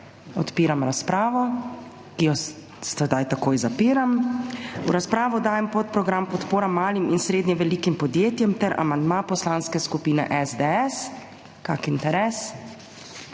Odpiram razpravo, ki jo sedaj takoj zapiram. V razpravo dajem podprogram Podpora malim in srednje velikim podjetjem ter amandma Poslanske skupine SDS. Kakšen interes?